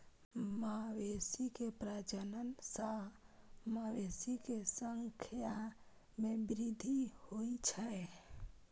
मवेशी के प्रजनन सं मवेशी के संख्या मे वृद्धि होइ छै